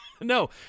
no